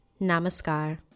Namaskar